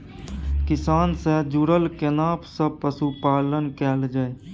किसान से जुरल केना सब पशुपालन कैल जाय?